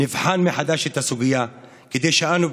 תבחן מחדש את הסוגיה כדי שאנו,